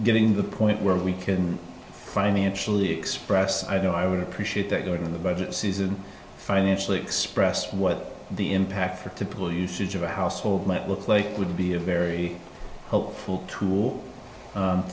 getting the point where we can financially express i know i would appreciate that going the budget season financially expressed what the impact for typical usage of a household might look like would be a very hopeful to